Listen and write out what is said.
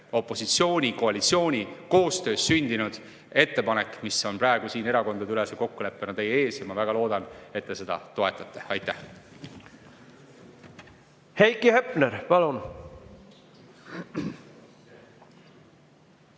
opositsiooni ja koalitsiooni koostöös sündinud ettepanek, mis on praegu erakondadeülese kokkuleppena teie ees. Ma väga loodan, et te seda toetate. Aitäh! Heiki Hepner, palun!